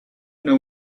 know